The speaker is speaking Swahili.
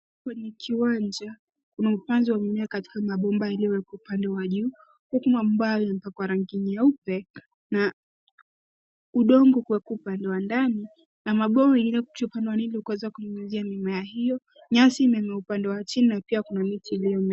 Kwenye kiwanja, kuna upanzi wa mimea katika mabomba yaliyowekwa upande wa juu huku mabomba hayo yamepakwa rangi nyeupe na udongo kuwekwa upande wa ndani na mabwawa mengine kuchi upande wa ndani ilikuweza kunyunyizia mimea hio. Nyasi imemea upande wa chini na pia kuna miti iliyomea.